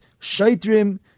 Shaitrim